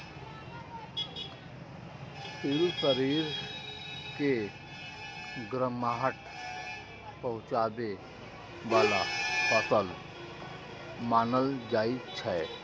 तिल शरीर के गरमाहट पहुंचाबै बला फसल मानल जाइ छै